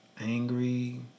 angry